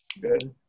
Good